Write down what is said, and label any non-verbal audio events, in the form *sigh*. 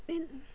*noise*